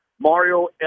Mario